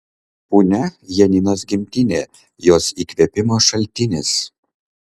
punia janinos gimtinė jos įkvėpimo šaltinis